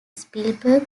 spielberg